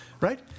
Right